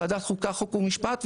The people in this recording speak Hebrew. ועדת חוקה חוק ומשפט,